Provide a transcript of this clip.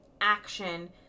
action